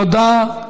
תודה.